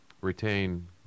retain